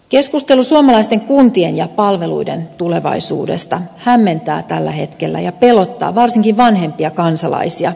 keskustelu suomalaisten kuntien ja palveluiden tulevaisuudesta hämmentää tällä hetkellä ja pelottaa varsinkin vanhempia kansalaisia